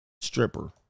Stripper